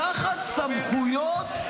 לקחת סמכויות?